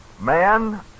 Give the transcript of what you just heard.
Man